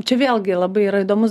čia vėlgi labai yra įdomus